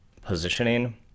positioning